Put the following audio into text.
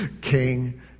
King